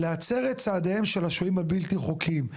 להצר את צעדיהם של השוהים הבלתי חוקיים,